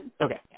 Okay